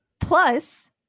Plus